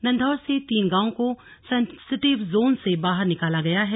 नंधौर से तीन गांवों को सेसेंटिव जोन से बाहर निकाला गया है